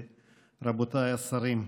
רבותיי השרים,